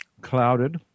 clouded